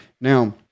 now